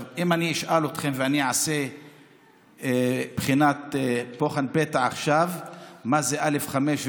אם אני אשאל אתכם ואני אעשה בוחן פתע עכשיו מה זה א/5,